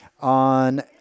On